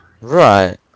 Right